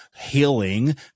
healing